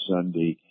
Sunday